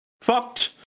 fucked